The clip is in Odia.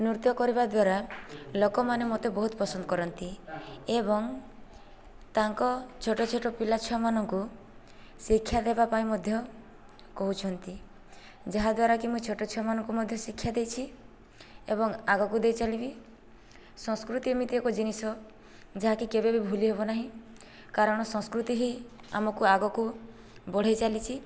ନୃତ୍ୟ କରିବା ଦ୍ଵାରା ଲୋକମାନେ ମୋତେ ବହୁତ ପସନ୍ଦ କରନ୍ତି ଏବଂ ତାଙ୍କ ଛୋଟ ଛୋଟ ପିଲା ଛୁଆମାନଙ୍କୁ ଶିକ୍ଷା ଦେବା ପାଇଁ ମଧ୍ୟ କହୁଛନ୍ତି ଯାହାଦ୍ଵାରାକି ମୁଁ ଛୋଟ ଛୁଆମାନଙ୍କୁ ମଧ୍ୟ ଶିକ୍ଷା ଦେଇଛି ଏବଂ ଆଗକୁ ଦେଇଚାଲିବି ସଂସ୍କୃତି ଏମିତି ଏକ ଜିନିଷ ଯାହାକି କେବେ ବି ଭୁଲି ହେବ ନାହିଁ କାରଣ ସଂସ୍କୃତି ହିଁ ଆମକୁ ଆଗକୁ ବଢ଼ାଇଚାଲିଛି